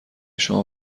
شما